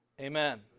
amen